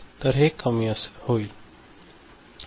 तर हे कमी होईल